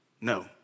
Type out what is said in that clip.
No